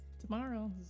tomorrow